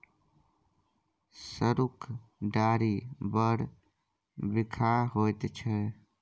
सरुक डारि बड़ बिखाह होइत छै